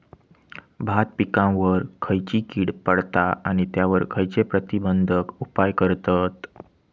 भात पिकांवर खैयची कीड पडता आणि त्यावर खैयचे प्रतिबंधक उपाय करतत?